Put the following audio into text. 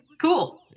cool